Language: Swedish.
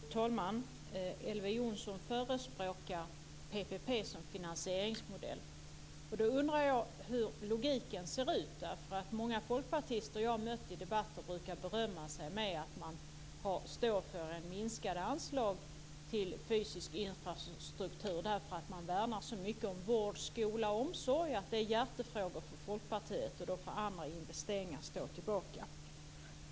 Fru talman! Elver Jonsson förespråkar PPP som finansieringsmodell. Då undrar jag hur logiken ser ut. Många folkpartister som jag har mött i debatter brukar berömma sig av att stå för minskade anslag till fysisk infrastruktur därför att man värnar så mycket om vård, skola och omsorg. Det är hjärtefrågor för Folkpartiet, och då får andra investeringar stå tillbaka.